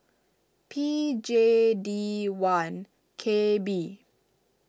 P J D one K B